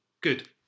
Good